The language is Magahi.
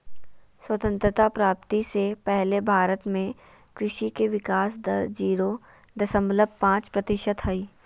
स्वतंत्रता प्राप्ति से पहले भारत में कृषि के विकाश दर जीरो दशमलव पांच प्रतिशत हई